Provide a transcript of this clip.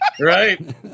Right